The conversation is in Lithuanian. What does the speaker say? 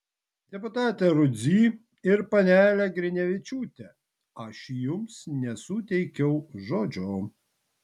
deputate rudzy ir panele grinevičiūte aš jums nesuteikiau žodžio